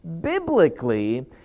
biblically